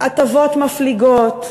הטבות מפליגות,